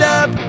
up